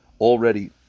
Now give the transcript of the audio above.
already